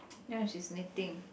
ya she's knitting